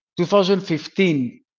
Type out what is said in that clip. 2015